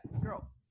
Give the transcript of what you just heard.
girl